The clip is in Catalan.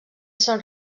són